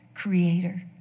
creator